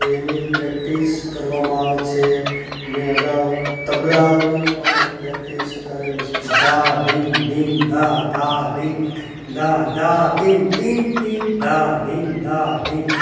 તો એની પ્રેક્ટિસ કરવામાં આવે છે મેં અગાઉ તબલાઓની પણ પ્રેક્ટિસ કરેલી છે ધા ધીન ધીન ધા ધા ધીન ધા ધા તીન તીન તીન ધા ધીન ધા ધીન